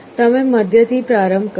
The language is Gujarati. તમે મધ્યથી પ્રારંભ કરો